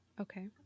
okay